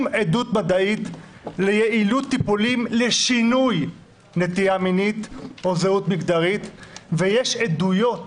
מדעית ליעילות טיפולים לשינוי נטייה מינית או זהות מגדרית ויש עדויות